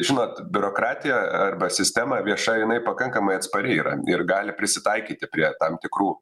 žinot biurokratija arba sistema vieša jinai pakankamai atspari yra ir gali prisitaikyti prie tam tikrų